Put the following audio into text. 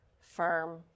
Firm